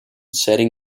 setting